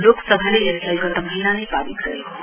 लोकसभाले यसलाई गत महीना नै पारित गरेको हो